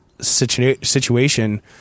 situation